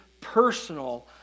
personal